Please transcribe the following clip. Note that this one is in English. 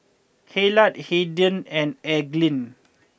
Hillard Hayden and Elgin